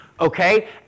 okay